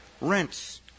rents